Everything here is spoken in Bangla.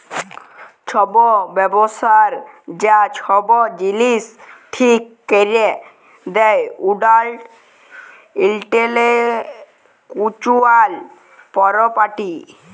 ছব ব্যবসার যা ছব জিলিস ঠিক ক্যরে দেই ওয়ার্ল্ড ইলটেলেকচুয়াল পরপার্টি